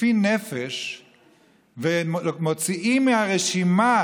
לפי נפש ומוציאים מהרשימה